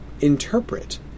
interpret